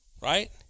Right